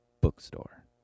bookstore